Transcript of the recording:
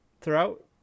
throughout